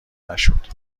نشد